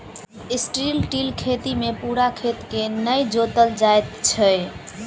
strip till खेती मे पूरा खेत के नै जोतल जाइत छै